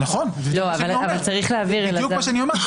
נכון, זה בדיוק מה שאני אומר.